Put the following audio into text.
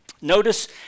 notice